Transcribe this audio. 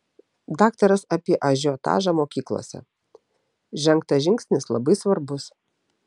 daktaras apie ažiotažą mokyklose žengtas žingsnis labai svarbus